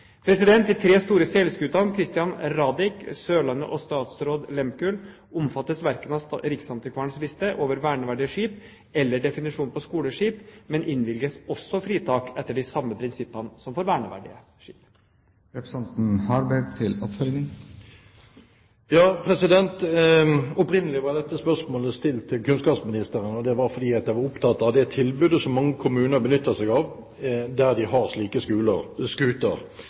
De tre store seilskutene «Christian Radich», «Sørlandet» og «Statsraad Lehmkuhl» omfattes verken av Riksantikvarens liste over verneverdige skip eller av definisjonen på skoleskip, men innvilges også fritak etter de samme prinsipper som for verneverdige skip. Opprinnelig var dette spørsmålet stilt til kunnskapsministeren, og det var fordi jeg var opptatt av det tilbudet som mange kommuner benytter seg av, der de har slike